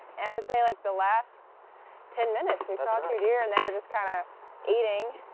and i would say like the last ten minutes, we saw two deer and they were just kind of eating.